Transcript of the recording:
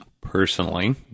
personally